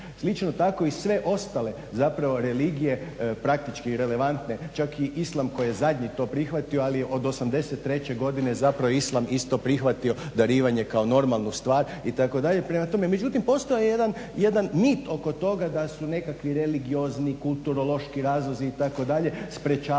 Lično tako i sve ostale zapravo religije, praktički relevantne, čak i islam koji je zadnji to prihvatio ali od 83. godine zapravo islam isto prihvatio darivanje kao normalnu stvar itd. Prema tome međutim postoji jedan niz oko toga da su nekakvi religiozni, kulturološki razlozi itd. sprečavaju